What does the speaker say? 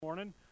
Morning